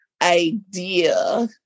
idea